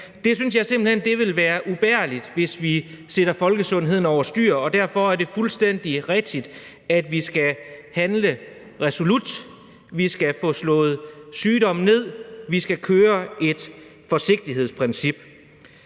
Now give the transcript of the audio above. Jeg synes simpelt hen, det ville være ubærligt, hvis vi satte folkesundheden over styr. Derfor er det fuldstændig rigtigt, at vi skal handle resolut, vi skal få slået sygdommen ned, vi skal køre et forsigtighedsprincip.